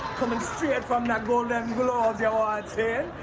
coming straight from the golden globes awards here.